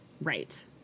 Right